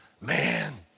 man